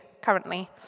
currently